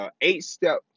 eight-step